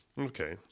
Okay